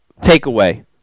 takeaway